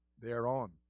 thereon